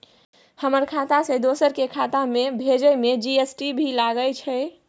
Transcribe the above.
हमर खाता से दोसर के खाता में भेजै में जी.एस.टी भी लगैछे?